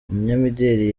umunyamideri